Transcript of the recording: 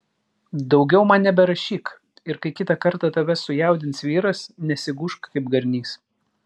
daugiau man neberašyk ir kai kitą kartą tave sujaudins vyras nesigūžk kaip garnys